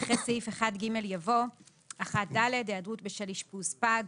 אחרי סעיף 1ג יבוא 1ד: היעדרות בשל אשפוז פג.